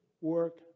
work